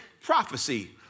prophecy